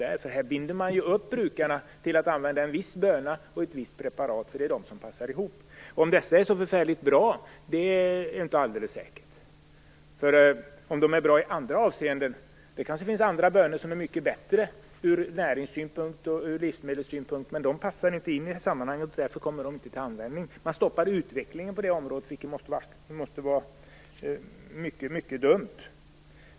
Man binder ju upp brukarna att använda en viss böna och ett visst preparat, därför att det är de som passar ihop. Men det är inte säkert att dessa är så förfärligt bra. Det kanske finns andra bönor som är mycket bättre ur näringssynpunkt och ur livsmedelssynpunkt men som inte passar in i sammanhanget och därför inte kommer till användning. Man stoppar utvecklingen på det området, vilket måste vara mycket dumt.